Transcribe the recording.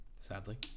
Sadly